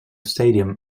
stadium